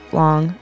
long